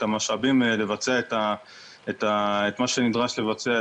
את המשאבים לבצע את מה שנדרש לבצע,